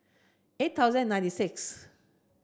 eight thousand ninety sixth